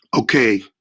Okay